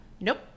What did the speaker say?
nope